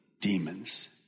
demons